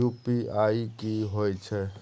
UPI की होय छै?